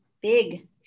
big